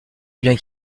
bien